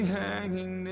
hanging